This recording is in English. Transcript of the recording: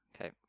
Okay